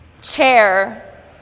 Chair